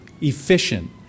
efficient